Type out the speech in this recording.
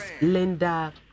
Linda